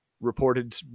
reported